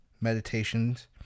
meditations